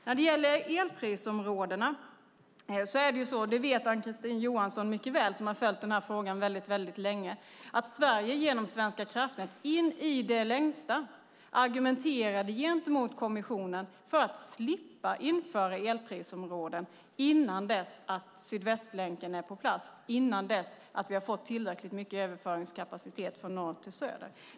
När det gäller elprisområdena vet Ann-Kristine Johansson, som har följt frågan länge, att Sverige genom Svenska kraftnät i det längsta argumenterade gentemot kommissionen för att slippa införa elprisområden innan Sydvästlänken var på plats, innan vi hade fått tillräcklig mycket överföringskapacitet från norr till söder.